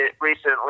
recently